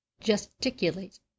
gesticulate